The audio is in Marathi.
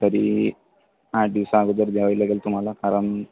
तरी आठ दिवस अगोदर द्यावी लागेल तुम्हाला कारण